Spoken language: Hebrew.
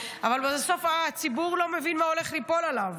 אבל בסוף הציבור לא מבין מה הולך ליפול עליו.